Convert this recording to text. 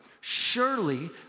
Surely